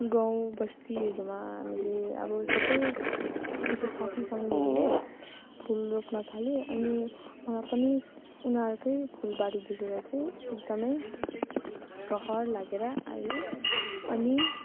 गाउँ बस्तीहरूमा मैले अब सबै मेरो साथी सङ्गीहरूले फुल रोप्न थाले अनि मलाई पनि उनीहरूकै फुलबारी देखेर चाहिँ एकदमै रहर लागेर आयो अनि